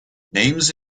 names